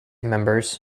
members